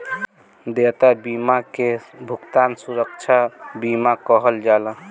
देयता बीमा के भुगतान सुरक्षा बीमा कहल जाला